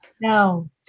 no